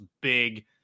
big